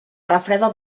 refreda